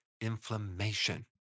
inflammation